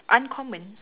uncommon